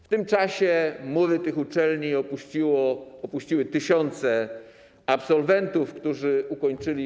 W tym czasie mury tych uczelni opuściły tysiące absolwentów, którzy ukończyli